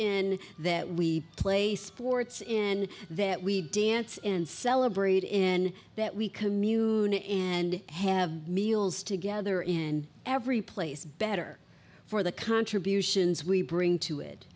in that we play sports in that we dance and celebrate in that we commute in and have meals together in every place better for the contributions we bring to it